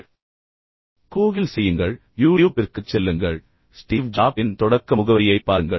இப்போது நீங்கள் அதைச் செய்யவில்லை என்றால் மீண்டும் அதை கூகிள் செய்யுங்கள் யூடியூப்பிற்குச் செல்லுங்கள் ஸ்டீவ் ஜாபின் தொடக்க முகவரியைப் பாருங்கள்